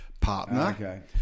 partner